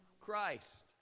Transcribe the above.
Christ